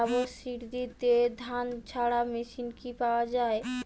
সাবসিডিতে ধানঝাড়া মেশিন কি পাওয়া য়ায়?